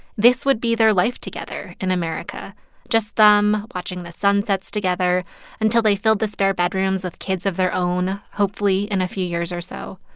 this would be their life together in america just them watching the sunsets together until they filled the spare bedrooms with kids of their own, hopefully in a few years or so.